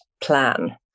plan